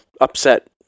upset